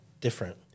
different